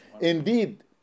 Indeed